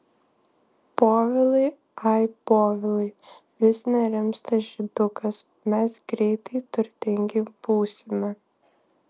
povilai ai povilai vis nerimsta žydukas mes greitai turtingi būsime